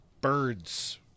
birds